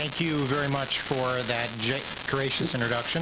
(תרגום חופשי מהשפה האנגלית): תודה רבה לכם על ההקדמה.